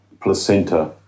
placenta